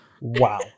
Wow